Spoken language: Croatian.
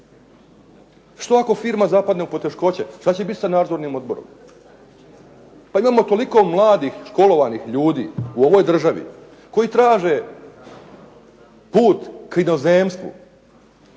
Što ako firma zapadne u teškoće, što će biti sa nadzornim odborom? Pa imamo toliko mladih školovanih ljudi u ovoj državi koji traže put k inozemstvu,